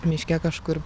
miške kažkur